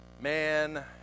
man